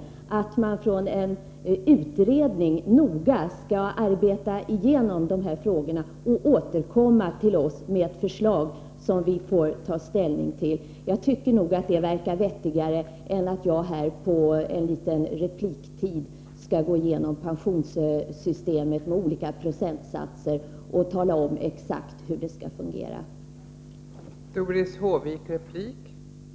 — att en utredning noga skall arbeta igenom de här sakerna och komma till riksdagen med ett förslag som vi får ta ställning till — är rimligare. Jag tycker det är vettigare än att jag här på min korta repliktid skall gå igenom pensionssystemet och tala om exakt hur det skall fungera med olika procentsatser.